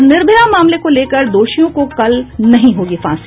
और निर्भया मामले को लेकर दोषियों को कल नहीं होगी फांसी